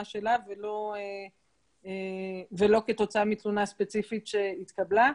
שלה ולא כתוצאה מתלונה ספציפית שהתקבלה,